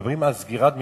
מדברים על סגירת מרפסות,